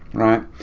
right?